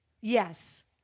Yes